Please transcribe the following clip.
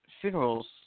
funerals